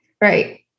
Right